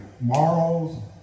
morals